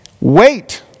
wait